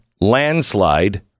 landslide